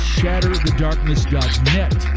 shatterthedarkness.net